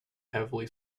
heavily